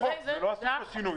לא צריך פה שינוי.